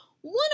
one